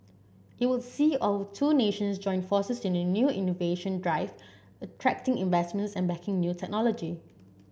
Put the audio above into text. it will see our two nations join forces in a new innovation drive attracting investments and backing new technology